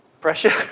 pressure